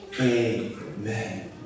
Amen